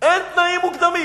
אין תנאים מוקדמים.